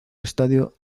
estadio